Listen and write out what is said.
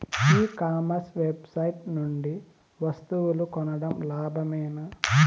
ఈ commerce website నుండి వస్తువులు కొనడం లాభమేనా?